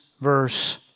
verse